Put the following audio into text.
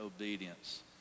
obedience